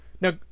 Now